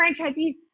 franchisees